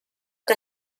que